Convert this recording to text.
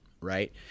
right